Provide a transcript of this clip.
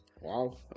Wow